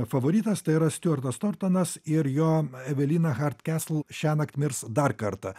favoritas tai yra stiuartas tortonas ir jo evelina hard kastl šiąnakt mirs dar kartą